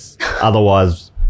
Otherwise